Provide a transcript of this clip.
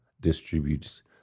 distributes